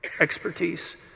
expertise